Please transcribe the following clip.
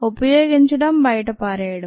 ఉపయోగించటం బయట పారేయడం